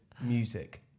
music